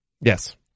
Yes